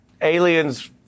aliens